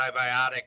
antibiotic